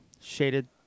shaded